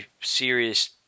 serious